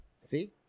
See